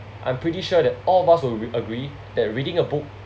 I'm pretty sure that all of us will ag~ agree that reading a book